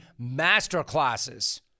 masterclasses